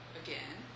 again